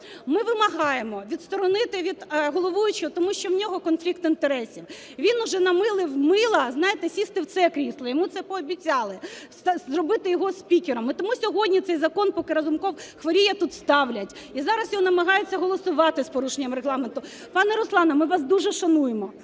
Ми вимагаємо відсторонити головуючого, тому що у нього конфлікт інтересів. Він уже "намилив мила", знаєте, сісти в це крісло, йому це пообіцяли – зробити його спікером. А тому сьогодні цей закон, поки Разумков хворіє, тут ставлять, і зараз його намагаються голосувати з порушенням Регламенту. Пане Руслане, ми вас дуже шануємо.